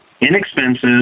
inexpensive